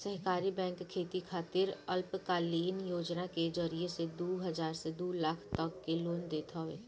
सहकारी बैंक खेती खातिर अल्पकालीन योजना के जरिया से दू हजार से दू लाख तक के लोन देत हवे